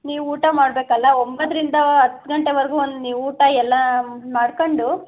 ನೀವು ಊಟ ಮಾಡ್ಬೇಕಲ್ಲ ಒಂಬತ್ತರಿಂದ ಹತ್ತು ಗಂಟೆವರೆಗೂ ಒಂದು ನೀವು ಊಟ ಎಲ್ಲ ಮಾಡ್ಕೊಂಡು